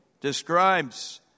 describes